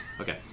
okay